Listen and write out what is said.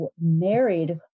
married